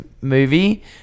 movie